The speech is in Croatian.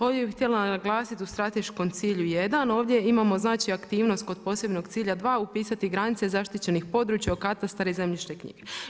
Ovdje bih htjela naglasiti u strateškom cilju 1, ovdje imamo znači aktivnost kod posebnog cilja dva upisati granice zaštićenih područja u katastar i zemljišne knjige.